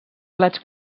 plats